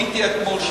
הייתי שם אתמול,